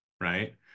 right